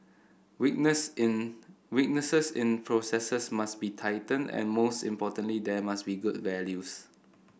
weakness in weaknesses in processes must be tightened and most importantly there must be good values